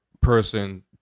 person